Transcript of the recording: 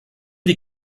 die